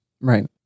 right